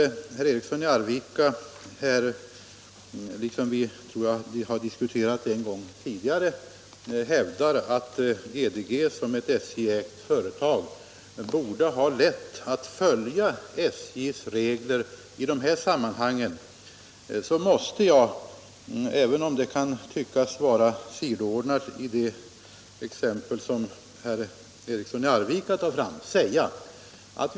Herr Eriksson i Arvika hävdar nu liksom han gjorde när vi en gång tidigare diskuterade denna fråga, att GDG såsom varande ett SJ-ägt företag borde ha lätt att följa SJ:s regler i dessa sammanhang. Även om det kan tyckas vara sidoordnat i det exempel som herr Eriksson i Arvika anförde måste jag ändå framhålla följande.